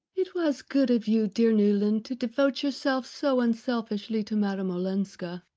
it was good of you, dear newland, to devote yourself so unselfishly to madame olenska.